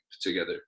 together